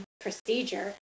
procedure